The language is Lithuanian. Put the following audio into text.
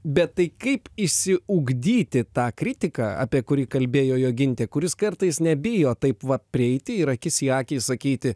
bet tai kaip išsiugdyti tą kritiką apie kurį kalbėjo jogintė kuris kartais nebijo taip va prieiti ir akis į akį sakyti